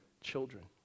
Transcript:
children